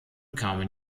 kamen